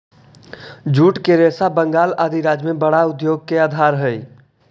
jute के रेशा बंगाल आदि राज्य में बड़ा उद्योग के आधार हई